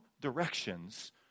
directions